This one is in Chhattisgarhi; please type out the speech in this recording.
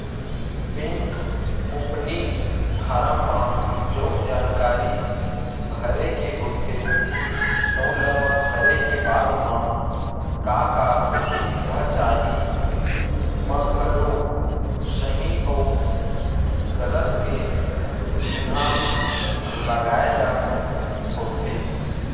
बेंक ओपनिंग फारम म जउन जानकारी भरे के होथे तउन ल भरे के बाद म का का सुबिधा चाही म घलो सहीं अउ गलत के चिन्हा लगाए ल होथे